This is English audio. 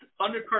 undercard